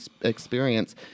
experience